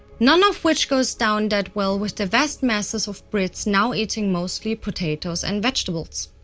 none of which goes down that well with the vast masses of brits now eating mostly potatoes and vegetables.